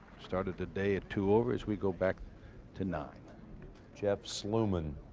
started today at two over. as we go back to nine jeff sluman.